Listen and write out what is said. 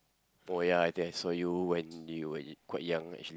oh ya I guess saw you when you were quite young actually